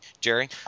jerry